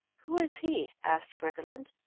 who is he? asked briggerland.